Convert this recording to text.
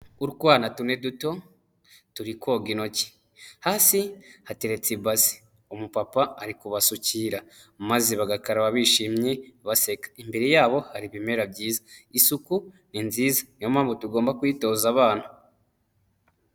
Utwana tune duto turi koga intoki, hasi hateretse ibasi umupapa ari kubasukira maze bagakaraba bishimye baseka, imbere yabo hari ibimera byiza. Isuku ni nziza niyo mpamvu tugomba kuyitoza abana.